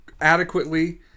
adequately